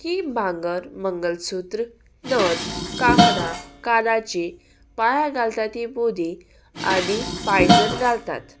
ही भांगर मंगलसूत्र नथ कांकणां कानाची पांयां घालतात ही मोदी आनी पायजन घालतात